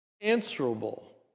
answerable